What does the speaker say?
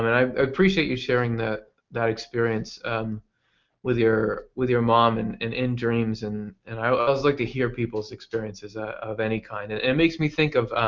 i appreciate you sharing that that experience with your with your mom and in in dreams. and and i always like to hear peoples experiences ah of any kind. of it makes me think of